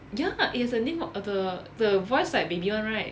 ya it's a name of the the voice like baby [one] right